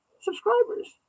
subscribers